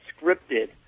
scripted